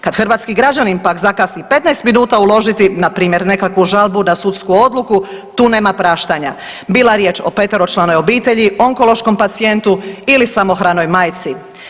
Kad hrvatski građanin pak zakasni 15 minuta uložiti npr. nekakvu žalbu na sudsku odluku tu nema praštanja bila riječ o peteročlanoj obitelji, onkološkom pacijentu ili samohranoj majci.